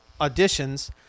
auditions